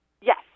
Yes